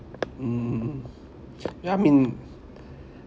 mm yeah I mean